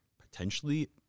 potentially